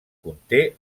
conté